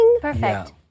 Perfect